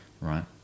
right